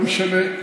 לא משנה,